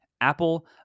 Apple